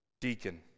deacon